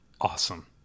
awesome